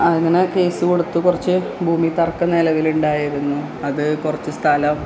അങ്ങനെ കേസ് കൊടുത്ത് കുറച്ച് ഭൂമി തർക്കം നിലവില് ഉണ്ടായിരുന്നു അത് കുറച്ച് സ്ഥലം